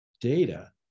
data